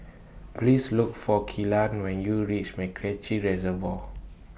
Please Look For Kelan when YOU REACH Macritchie Reservoir